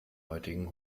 heutigen